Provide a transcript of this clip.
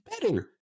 better